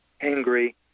angry